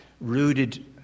rooted